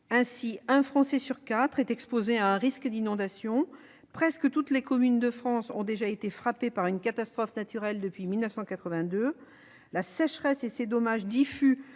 Ainsi, un Français sur quatre est exposé à un risque d'inondation, presque toutes les communes de France ont été frappées par une catastrophe naturelle depuis 1982, la sécheresse et ses dommages diffus